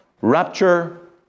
rapture